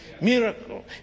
miracle